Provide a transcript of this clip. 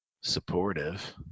supportive